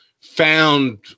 found